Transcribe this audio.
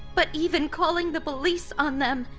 but even calling the police on them,